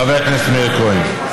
חבר הכנסת מאיר כהן.